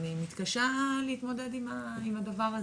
אני מתקשה להתמודד עם הדבר הזה.